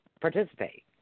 participate